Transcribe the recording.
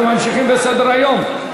אנחנו ממשיכים בסדר-היום.